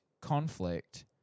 conflict